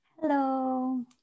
Hello